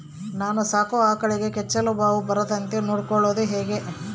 ನಾನು ಸಾಕೋ ಆಕಳಿಗೆ ಕೆಚ್ಚಲುಬಾವು ಬರದಂತೆ ನೊಡ್ಕೊಳೋದು ಹೇಗೆ?